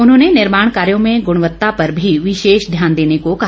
उन्होंने निर्माण कार्यों में गुणवत्ता पर भी विशेष ध्यान देने को कहा